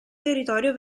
territorio